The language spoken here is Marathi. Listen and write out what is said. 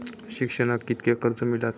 शिक्षणाक कीतक्या कर्ज मिलात?